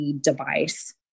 device